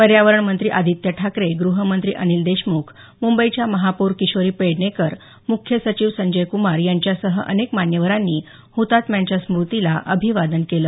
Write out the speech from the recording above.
पर्यावरण मंत्री आदित्य ठाकरे ग्रहमंत्री अनिल देशमुख मुंबईच्या महापौर किशोरी पेडणेकर मुख्य सचिव संजय कुमार यांच्यासह अनेक मान्यवरांनी हुतात्म्यांच्या स्मुतीला आदरांजली वाहिली